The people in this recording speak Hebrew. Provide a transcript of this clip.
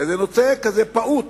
זה נושא כזה פעוט,